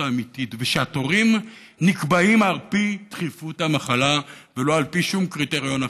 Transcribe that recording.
ושהתורים נקבעים על פי דחיפות המחלה ולא על פי שום קריטריון אחר.